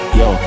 yo